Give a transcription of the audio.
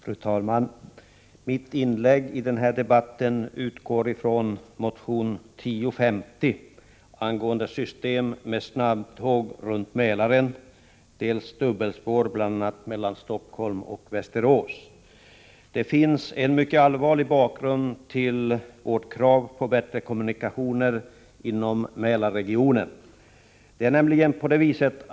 Fru talman! Mitt inlägg i denna debatt utgår ifrån motion 1052 angående dels ett system med snabbtåg runt Mälaren, dels dubbelspårig järnväg på sträckan mellan Stockholm och Västerås. Det finns en allvarlig bakgrund till vårt krav på bättre kommunikationer inom Maälarregionen.